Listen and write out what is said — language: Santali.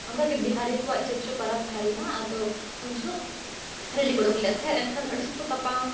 ᱚᱱᱠᱟᱜᱮ ᱵᱤᱦᱟᱨᱤ ᱠᱚᱣᱟᱜ ᱪᱮᱫ ᱪᱚ ᱯᱚᱨᱚᱵᱽ ᱛᱟᱦᱮᱸ ᱞᱮᱱᱟ ᱟᱫᱚ ᱩᱱ ᱡᱚᱦᱚᱜ ᱨᱮᱞᱤ ᱠᱚ ᱩᱰᱩᱠ ᱞᱮᱫ ᱛᱟᱦᱮᱸ ᱮᱱᱠᱷᱟᱱ ᱟᱹᱰᱤ ᱥᱚᱠᱛᱚ ᱛᱟᱯᱟᱢ